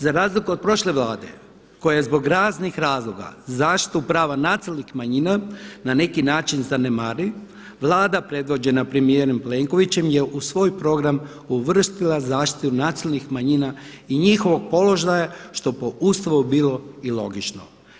Za razliku od prošle Vlade koja je zbog raznih razloga zaštitu prava nacionalnih manjina na neki način zanemari, Vlada predvođena premijerom Plenkovićem je u svoj program uvrstila zaštitu nacionalnih manjina i njihovog položaja što je po Ustavu bilo i logično.